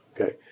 okay